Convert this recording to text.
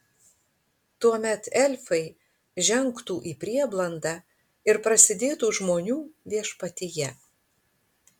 tuomet elfai žengtų į prieblandą ir prasidėtų žmonių viešpatija